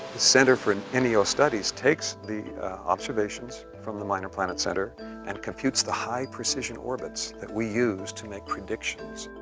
center for and and neo studies takes these observations from the minor planet center and computes the high-precision orbits that we use to make predictions.